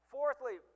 Fourthly